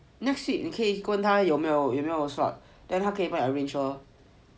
next week 你可以问他有没有有没有 slot then 他可以帮你 arrange lor